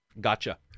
Gotcha